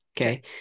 okay